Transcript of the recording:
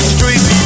Street